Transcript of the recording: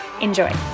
Enjoy